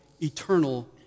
eternal